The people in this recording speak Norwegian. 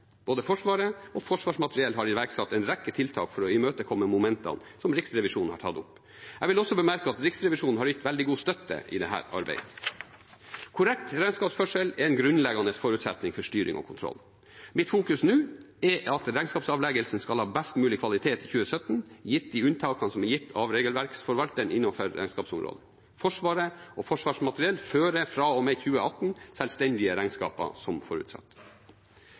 Både Forsvaret og Forsvarsmateriell har iverksatt en rekke tiltak for å imøtekomme momentene som Riksrevisjonen har tatt opp. Jeg vil også bemerke at Riksrevisjonen har gitt veldig god støtte i dette arbeidet. Korrekt regnskapsførsel er en grunnleggende forutsetning for styring og kontroll. Mitt fokus nå er at regnskapsavleggelsen for 2017 skal ha best mulig kvalitet, gitt de unntakene som er gitt av regelverksforvalteren innenfor regnskapsområdet. Forsvaret og Forsvarsmateriell fører fra og med 2018 selvstendige regnskaper, som forutsatt.